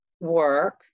work